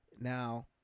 Now